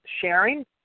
sharing